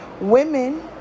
Women